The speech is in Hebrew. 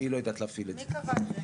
היא לא יודעת להפעיל את זה.